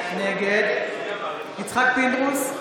נגד יצחק פינדרוס,